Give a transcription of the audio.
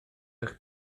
eich